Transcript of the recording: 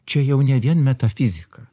čia jau ne vien metafizika